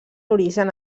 origen